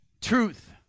truth